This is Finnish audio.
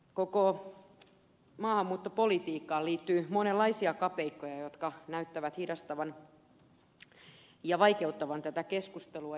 koko maahanmuuttopolitiikkaan liittyy monenlaisia kapeikkoja jotka näyttävät hidastavan ja vaikeuttavan tätä keskustelua